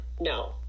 no